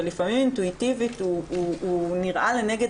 שלפעמים אינטואיטיבית הוא נראה לנגד